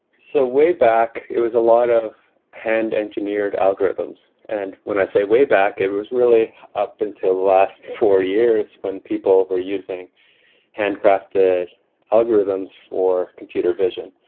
so way back it was a lot of hand-engineered algorithms, and when i say way back it was really up until last four years when people were using hand crafted algorithms for computer vision,